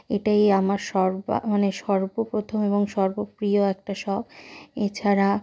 এটাই আমার সর্বা মানে সর্বপ্রথম এবং সর্বপ্রিয় একটা শখ এছাড়া